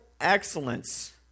excellence